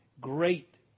great